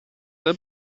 del